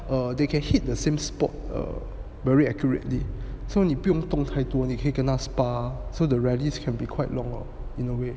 err they can hit the same spot err very accurately so 你不用动太多你可以跟他们 spar so the rallies can be quite long lor in a way